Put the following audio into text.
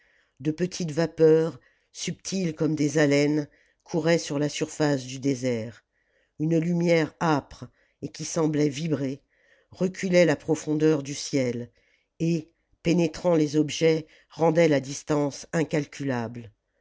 de petites vapeurs subtiles comme des haleines couraient sur la surface du désert une lumière âpre et qui semblait vibrer reculait la profondeur du ciel et pénétrant les objets rendait la distance incalculable